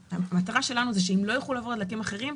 המטרה שלנו היא שאם לא יוכלו לעבור לדלקים אחרים,